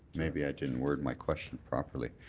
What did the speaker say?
maybe i didn't word my question properly.